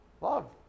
Love